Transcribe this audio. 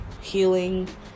healing